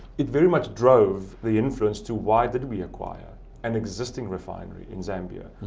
it very much drove the influence to why did we acquire an existing refinery in zambia,